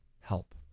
help